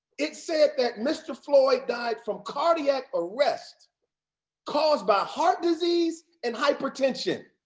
it said that mr. floyd died from cardiac arrest caused by heart disease and hypertension,